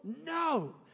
No